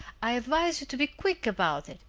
i advise you to be quick about it,